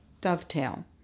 dovetail